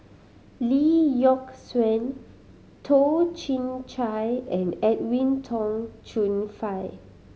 Lee Yock Suan Toh Chin Chye and Edwin Tong Chun Fai